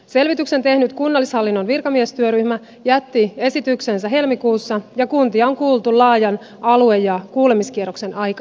selvityksen tehnyt kunnallishallinnon virkamiestyöryhmä jätti esityksensä helmikuussa ja kuntia on kuultu laajan alue ja kuulemiskierroksen aikana